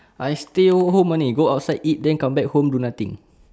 I stay home home only go outside eat then come back home do nothing